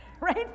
right